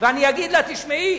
ואני אגיד לה: תשמעי,